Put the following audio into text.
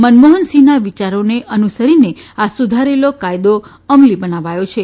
મનમોહનસિંહના વિચારોને અનુસરીને આ સુધારેલો કાયદો અમલી બનાવાયો છે